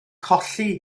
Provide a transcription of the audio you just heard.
colli